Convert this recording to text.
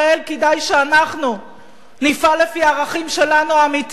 כדאי שאנחנו נפעל לפי הערכים האמיתיים שלנו.